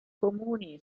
comuni